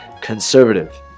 conservative